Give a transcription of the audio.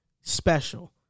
special